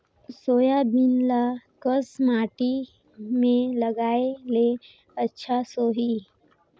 Soybean ल कस माटी मे लगाय ले अच्छा सोही?